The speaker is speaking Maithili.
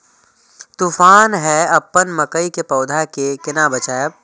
तुफान है अपन मकई के पौधा के केना बचायब?